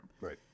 right